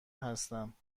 هستم